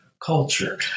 culture